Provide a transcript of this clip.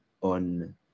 on